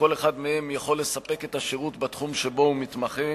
שכל אחד מהם יכול לספק את השירות בתחום שבו הוא מתמחה.